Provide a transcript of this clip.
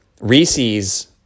Reese's